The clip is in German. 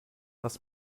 was